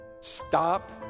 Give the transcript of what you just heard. stop